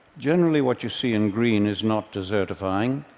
generally, what you see in green is not desertifying,